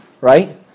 right